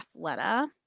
Athleta